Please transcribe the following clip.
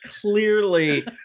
clearly